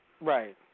Right